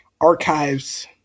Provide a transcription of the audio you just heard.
archives